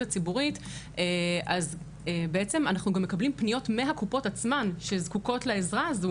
הציבורית אז אנחנו מקבלים גם פניות מהקופות עצמן שזקוקות לעזרה הזו,